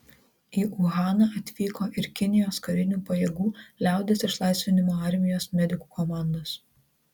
į uhaną atvyko ir kinijos karinių pajėgų liaudies išlaisvinimo armijos medikų komandos